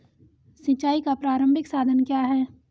सिंचाई का प्रारंभिक साधन क्या है?